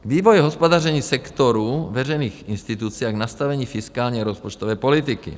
Vývoj hospodaření sektoru veřejných institucí a nastavení fiskální rozpočtové politiky.